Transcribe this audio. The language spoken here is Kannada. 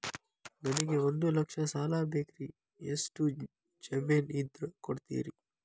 ನನಗೆ ಒಂದು ಲಕ್ಷ ಸಾಲ ಬೇಕ್ರಿ ಎಷ್ಟು ಜಮೇನ್ ಇದ್ರ ಕೊಡ್ತೇರಿ?